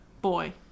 Boy